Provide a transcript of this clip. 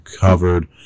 covered